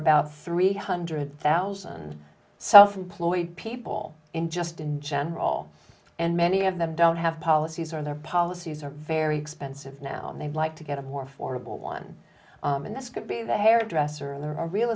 about three hundred thousand self employed people in just in general and many of them don't have policies or their policies are very expensive now and they'd like to get a more formal one and this could be the hairdresser and there are real